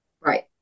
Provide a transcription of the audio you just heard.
Right